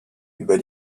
über